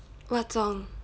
what song